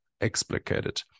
explicated